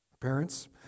parents